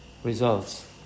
Results